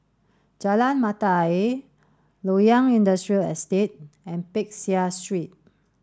Jalan Mata Ayer Loyang Industrial Estate and Peck Seah Street